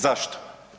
Zašto?